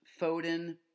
Foden